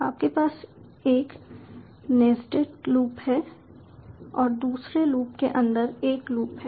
आपके पास एक नेस्टेड लूप है जो दूसरे लूप के अंदर एक लूप है